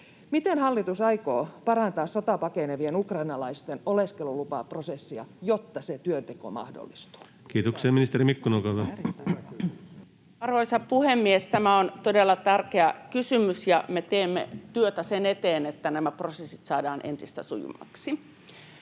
Miten hallitus aikoo parantaa sotaa pakenevien ukrainalaisten oleskelulupaprosessia, jotta se työnteko mahdollistuu? Kiitoksia. — Ministeri Mikkonen, olkaa hyvä. Arvoisa puhemies! Tämä on todella tärkeä kysymys, ja me teemme työtä sen eteen, että nämä prosessit saadaan entistä sujuvammiksi.